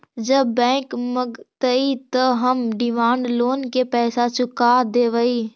जब बैंक मगतई त हम डिमांड लोन के पैसा चुका देवई